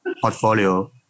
Portfolio